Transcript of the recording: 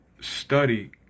study